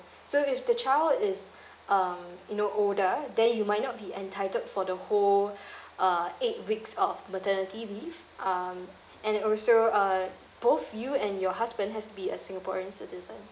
so if the child is um you know older then you might not be entitled for the whole uh eight weeks of maternity leave um and also uh both you and your husband has to be a singaporean citizen